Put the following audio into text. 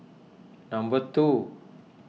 number two